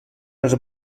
els